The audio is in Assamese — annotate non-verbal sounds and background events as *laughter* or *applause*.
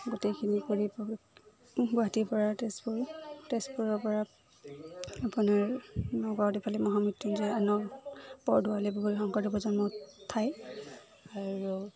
গোটেইখিনি কৰি *unintelligible* গুৱাহাটীৰপৰা তেজপুৰ তেজপুৰৰপৰা আপোনাৰ নগাঁওত ইফালে মহামৃত্যুঞ্জয় আনৰ বৰদোৱা আলি পুখুৰী শংকৰদেৱ জন্ম ঠাই আৰু